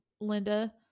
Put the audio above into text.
Linda